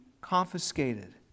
confiscated